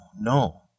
no